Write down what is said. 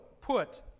put